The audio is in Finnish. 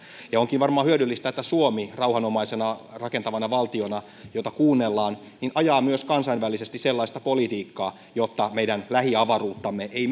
onkin varmaan hyödyllistä että suomi rauhanomaisena rakentavana valtiona jota kuunnellaan ajaa myös kansainvälisesti sellaista politiikkaa että meidän lähiavaruuttamme ei